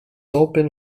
open